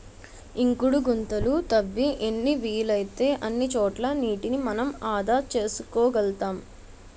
ఇంకుడు గుంతలు తవ్వి ఎన్ని వీలైతే అన్ని చోట్ల నీటిని మనం ఆదా చేసుకోగలుతాం